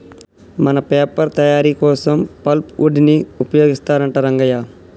మన పేపర్ తయారీ కోసం పల్ప్ వుడ్ ని ఉపయోగిస్తారంట రంగయ్య